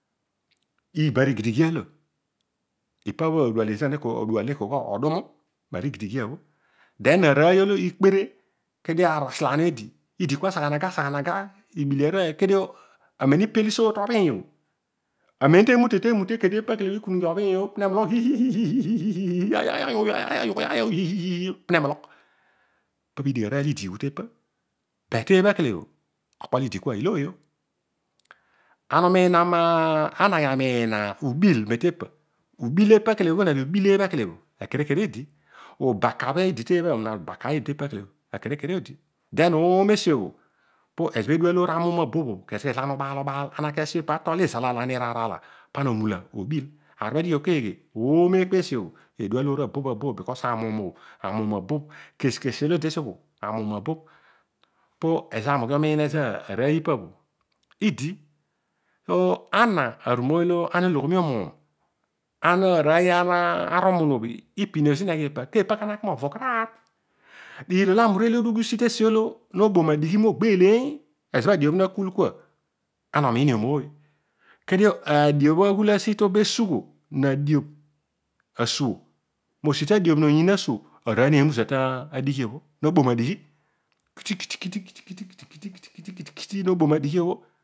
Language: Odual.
Ibarigidigia lo ipa bho aroiy ezira odual ne kol gha ma ru udumu. Then nikpere arooy kedio ara asalaan eedi idi sagh anaga saghanaga ara ibile aroy kedio amem ipel idigh tamuum o, temute kepa ikunughi obhiiyo pu nemologh hihihi yaya yu ya ya yu ihihihi pune mologh pidigh arooy udiighu tepa. But teebhakele okpolo lo idi kua iilooyogh. Ana aghi amiin ubil, ubil epakele na arubil eebhakele akere kere odi. Obakabho idi teebha no obakabho idi tepakele akere kere odi ihen oome esi obho ezobho eedi arumuum abobh o kezo kezo lo ana ubaal ezobho ana ki atol tepa mizal aala niraar aala pana onar obil. Aaar obho adighi o keeghe ooma eekpa esi obho eedu amuum abobh abobh because amuum o amuum abobh. Kesi kesi olo odi tesiopobho amuum abobh peso aami ughi umiin ezo aroiy ipabho idi. So ana aru moiy olo ana ologho mio muum aroiy amunu obho ipinio zina eghi epa kepa kana ki mo va ekarar? ami urele ughi usi tesiolo no bo madighi niogbeeleiy ezobho nakel kua ana omiinio mooy kedio adio bho aghul asi tobo esugho na adiobh asuo mo si ta diobu noyiin asuo aroiy musa tadighi o nebo madighi kiti kiti kiti kiti no bo ma digh obho